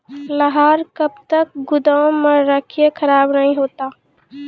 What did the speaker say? लहार कब तक गुदाम मे रखिए खराब नहीं होता?